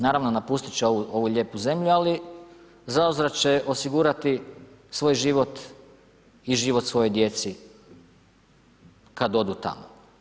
Naravno, napustiti će ovu lijepu zemlju, ali zauzvrat će osigurati svoj život i život svojoj djeci kad odu tamo.